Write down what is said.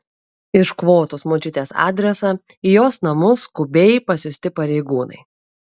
iškvotus močiutės adresą į jos namus skubiai pasiųsti pareigūnai